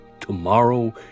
tomorrow